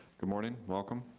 good morning, welcome.